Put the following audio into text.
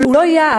זה לא יעד,